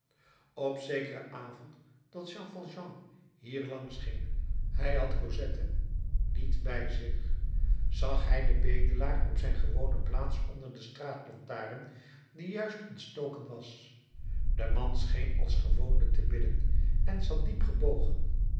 op zekeren avond dat jean valjean hier langs ging hij had cosette niet bij zich zag hij den bedelaar op zijn gewone plaats onder de straatlantaarn die juist ontstoken was de man scheen als gewoonlijk te bidden en zat diep